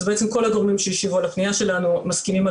אז כל הגורמים שהשיבו על הפנייה שלנו מסכימים על